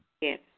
Yes